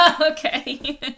okay